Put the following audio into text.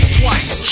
twice